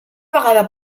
vegada